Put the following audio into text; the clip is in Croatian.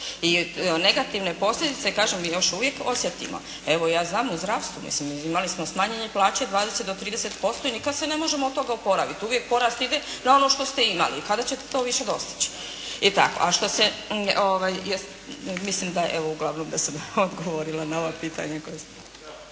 I negativne posljedice kažem mi još uvijek osjetimo. Evo ja znam u zdravstvu, mislim imamo smo smanjene plaće 20 do 30 posto i nikad se ne možemo od toga oporaviti. Uvijek porast ide na ono što ste imali. Kada ćete to više dostići? I tako. A što se, mislim da, evo uglavnom da sam odgovorila na ova pitanja koja …